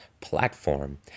platform